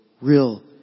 real